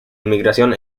inmigración